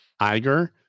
Iger